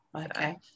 Okay